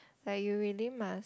like you really must